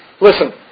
listen